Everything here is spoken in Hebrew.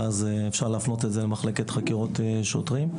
ואז אפשר להפנות את זה למחלקת חקירות שוטרים.